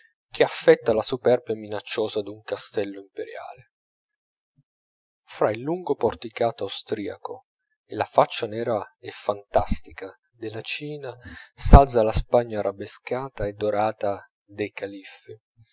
che affetta la superbia minacciosa d'un castello imperiale fra il lungo porticato austriaco e la faccia nera e fantastica della china s'alza la spagna arabescata e dorata dei califfi